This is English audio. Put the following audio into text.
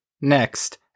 Next